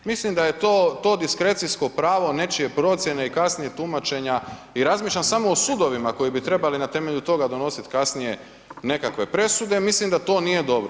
Mislim da je to diskrecijsko pravo nečije procjene i kasnijeg tumačenja i razmišljam samo o sudovima koji bi trebali na temelju toga donositi kasnije nekakve presude, mislim da to nije dobro.